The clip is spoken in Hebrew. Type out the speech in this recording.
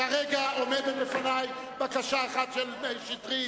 כרגע עומדת בפני בקשה אחת, של מאיר שטרית.